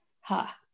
Ha